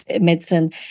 medicine